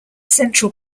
central